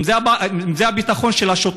אם זה הביטחון של השוטרים,